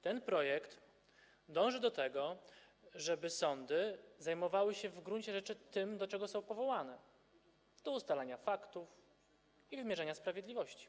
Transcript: Ten projekt dąży do tego, żeby sądy zajmowały się w gruncie rzeczy tym, do czego są powołane: do ustalania faktów i wymierzania sprawiedliwości.